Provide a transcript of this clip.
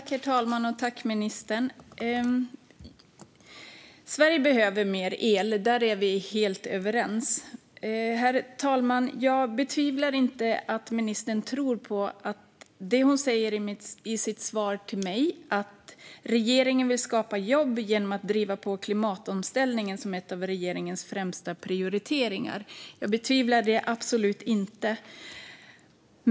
Herr talman! Jag tackar ministern för detta. Sverige behöver mer el. Där är vi helt överens. Herr talman! Jag betvivlar inte att ministern tror på det hon säger i sitt svar till mig om att regeringen vill skapa jobb genom att driva på klimatomställningen som en av regeringens främsta prioriteringar. Jag betvivlar absolut inte detta.